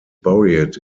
buried